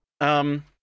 Um-